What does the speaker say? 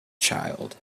child